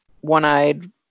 one-eyed